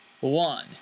One